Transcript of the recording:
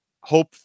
Hope